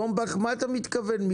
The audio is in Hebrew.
בומבך, מה אתה מתכוון?